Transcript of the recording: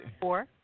four